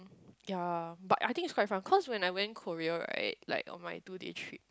ya but I think it's quite fun cause when I went Korea right like on my two day trip